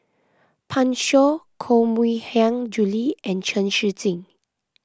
Pan Shou Koh Mui Hiang Julie and Chen Shiji